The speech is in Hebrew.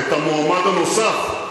את המועמד הנוסף.